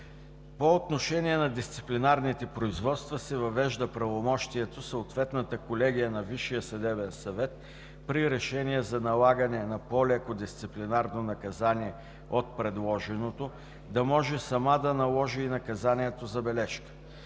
По отношение на дисциплинарните производства се въвежда правомощието съответната колегия на Висшия съдебен съвет при решение за налагане на по-леко дисциплинарно наказание от предложеното да може сама да наложи и наказанието „забележка“.